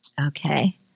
Okay